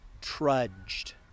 trudged